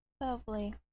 Lovely